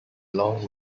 long